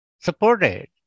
supported